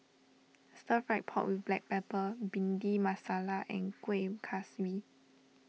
Stir Fried Pork with Black Pepper Bhindi Masala and Kueh Kaswi